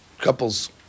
couples